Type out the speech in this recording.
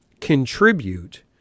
contribute